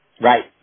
Right